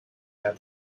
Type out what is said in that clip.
that